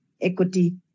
equity